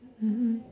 mmhmm